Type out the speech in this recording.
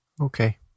Okay